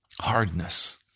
hardness